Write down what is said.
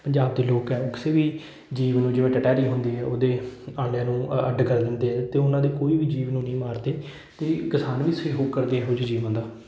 ਪੰਜਾਬ ਦੇ ਲੋਕ ਹੈ ਉਹ ਕਿਸੇ ਵੀ ਜੀਵ ਨੂੰ ਜਿਵੇਂ ਟਟਹਿਰੀ ਹੁੰਦੀ ਹੈ ਉਹਦੇ ਆਂਡਿਆਂ ਨੂੰ ਅ ਅੱਡ ਕਰ ਦਿੰਦੇ ਹੈ ਅਤੇ ਉਹਨਾਂ ਦੇ ਕੋਈ ਵੀ ਜੀਵ ਨੂੰ ਨਹੀਂ ਮਾਰਦੇ ਅਤੇ ਕਿਸਾਨ ਵੀ ਸਹਿਯੋਗ ਕਰਦੇ ਇਹੋ ਜਿਹੇ ਜੀਵਾਂ ਦਾ